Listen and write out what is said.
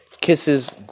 kisses